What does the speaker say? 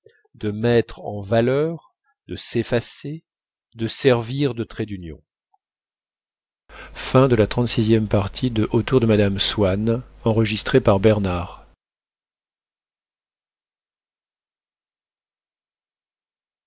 de mettre en valeur de s'effacer de servir de trait d'union